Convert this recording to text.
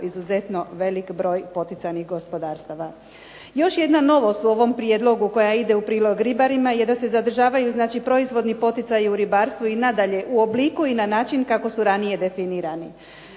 izuzetno velik broj poticajnih gospodarstava. Još jedna novost u ovom prijedlogu koja ide u prilog ribarima je da se zadržavaju proizvodni poticaji u ribarstvu i nadalje u obliku i na način kako su ranije definirani.